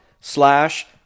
slash